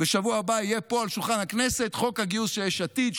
בשבוע הבא יהיה פה על שולחן הכנסת חוק הגיוס של יש עתיד,